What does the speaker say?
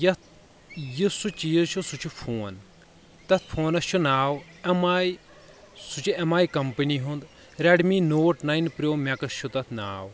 یتھ یُس سُہ چیٖز چھُ سُہ چھُ فون تتھ فونس چھُ ناو ایم آی سُہ چھُ ایم آی کمپٔنی ہُنٛد Redmi Note nine Pro Max چھُ تتھ ناو